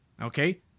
Okay